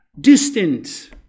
Distant